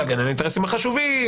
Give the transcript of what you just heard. להגן על האינטרסים החשובים,